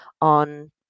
on